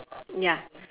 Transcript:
ya